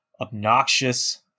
obnoxious